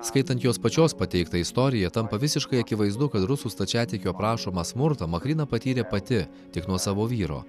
skaitant jos pačios pateiktą istoriją tampa visiškai akivaizdu kad rusų stačiatikių aprašomą smurtą makryna patyrė pati tik nuo savo vyro